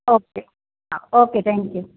okay हा okay thank U